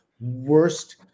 worst